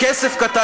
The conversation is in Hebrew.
כסף קטן.